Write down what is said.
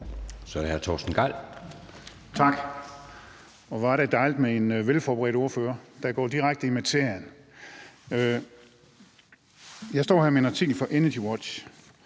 Kl. 20:15 Torsten Gejl (ALT): Tak. Hvor er det dejligt med en velforberedt ordfører, der går direkte i materien. Jeg står her med en artikel fra EnergiWatch,